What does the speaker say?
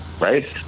right